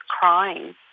crying